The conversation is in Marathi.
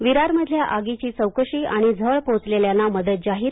विरारमधल्या आगीची चौकशी आणि झळ पोहोचलेल्यांना मदत जाहीर